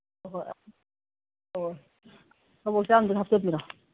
ꯍꯣꯏ ꯍꯣꯏ ꯑꯣ ꯀꯕꯣꯛ ꯆꯥꯝꯗꯪꯒ ꯍꯥꯞꯆꯤꯟꯕꯤꯔꯣ